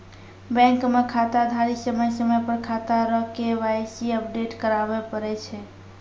bank मे खाताधारी समय समय पर खाता रो के.वाई.सी अपडेट कराबै पड़ै छै